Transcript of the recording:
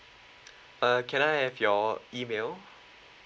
err can I have your email